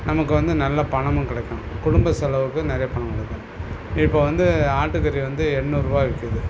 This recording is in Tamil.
நமக்கு வந்து நல்ல பணமும் கிடைக்கும் குடும்ப செலவுக்கு நிறைய பணம் கிடைக்கும் இப்போ வந்து ஆட்டுக்கறி வந்து எண்ணூறுரூவா விற்கிது